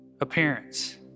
appearance